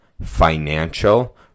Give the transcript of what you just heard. financial